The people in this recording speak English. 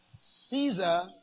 Caesar